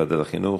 ועדת החינוך.